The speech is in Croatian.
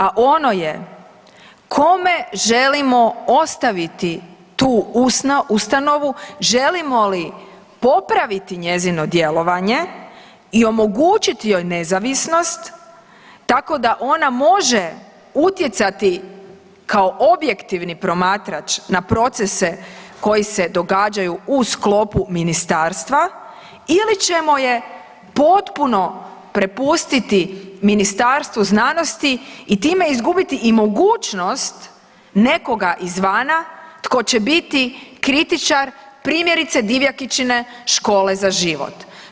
A ono je kome želimo ostaviti tu ustanovu, želimo li popraviti njezino djelovanje i omogućiti joj nezavisnost tako da ona može utjecati kao objektivni promatrač na procese koji se događaju u sklopu ministarstva ili ćemo je potpuno prepustiti Ministarstvu znanosti i time izgubiti i mogućnost nekoga izvana tko će biti kritičar primjerice Divjakičine Škole za život.